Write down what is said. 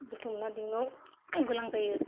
बुथुमना दोननो गोनां जायो